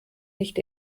nicht